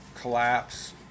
collapse